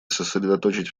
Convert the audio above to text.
сосредоточить